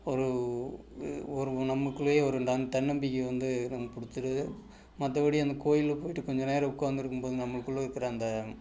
ஒரு ஒரு நமக்குள்ளே ஒரு த தன்னம்பிக்கை வந்து நமக்கு கொடுத்துருது மற்றப்படி அந்த கோயிலில் போயிட்டு கொஞ்சம் நேரம் உட்காந்துருக்கும் போது நம்மளுக்குள்ளே இருக்கிற அந்த